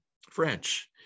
French